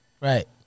Right